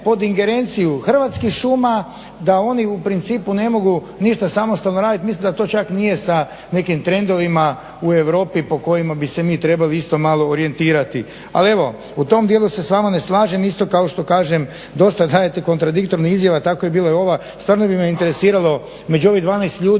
Hrvatskih šuma da oni u principu ne mogu ništa samostalno raditi. Mislim da to čak sad nije sa nekim trendovima u Europi po kojima bi se mi trebali isto malo orijentirati. Ali evo u tom dijelu se s vama ne slažem isto kao što kažem dosta dajete kontradiktorne izjave tako je bila i ova. Stvarno bi me interesiralo među ovih 12 ljudi